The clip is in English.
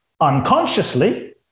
unconsciously